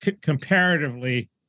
Comparatively